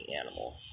animal